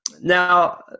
now